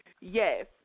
Yes